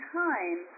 time